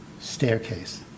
staircase